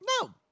No